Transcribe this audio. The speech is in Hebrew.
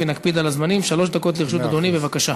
בבקשה.